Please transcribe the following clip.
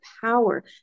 power